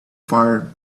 fire